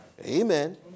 Amen